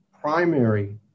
primary